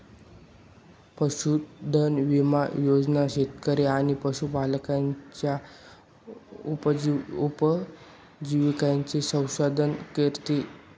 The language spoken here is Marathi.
पशुधन विमा योजना शेतकरी आणि पशुपालकांच्या उपजीविकेचे संरक्षण करते